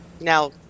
now